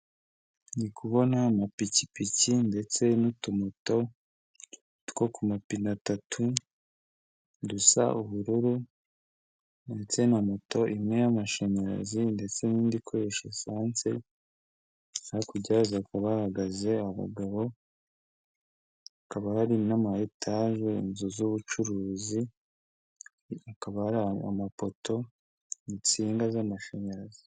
Ndi kubona amapikipiki ndetse n'utumoto two ku mapine atatu dusa ubururu, ndetse na moto imwe y'amashanyarazi ndetse n'indi ikoresha esansi, hakurya yazo hakaba hahagaze abagabo, hakaba hari n'amataje inzu z'ubucuruzi, hakaba hari amapoto, insinga z'amashanyarazi.